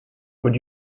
would